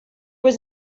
was